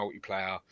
multiplayer